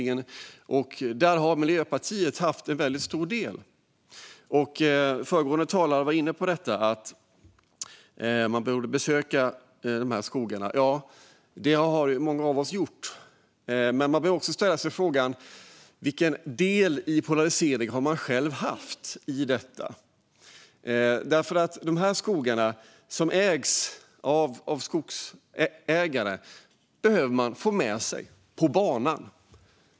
Där har Miljöpartiet haft en stor roll. Föregående talare var inne på att man borde besöka de här skogarna. Ja, det har många av oss gjort. Men man behöver också ställa sig frågan vilken del i polariseringen man själv har haft. Man behöver få med sig de här skogarnas ägare på banan.